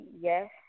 yes